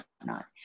whatnot